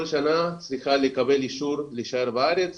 כל שנה היא צריכה לקבל אישור להישאר בארץ